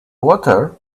water